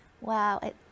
Wow